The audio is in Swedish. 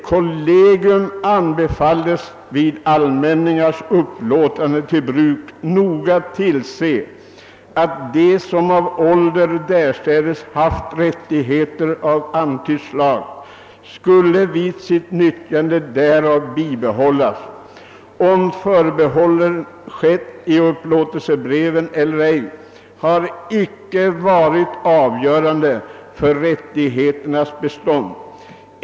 Kollegium anbefalldes vid allmänningens upplåtande till bruk noga tillse, att de, som av ålder därstädes haft rättigheter av antytt slag, skulle vid sitt nyttjande därav bibehållas. Om förbehåll skett i upplåtelsebreven eller ej, har icke varit avgörande för rättigheternas bestånd.